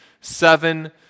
seven